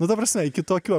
nu ta prasme iki tokių